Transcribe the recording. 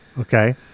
okay